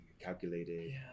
calculated